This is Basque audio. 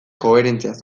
koherentziaz